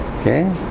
okay